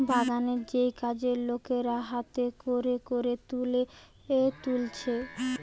বাগানের যেই কাজের লোকেরা হাতে কোরে কোরে তুলো তুলছে